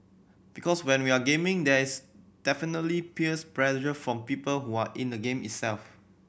because when we are gaming there is definitely peers from people who are in the game itself